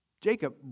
Jacob